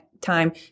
time